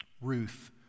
Ruth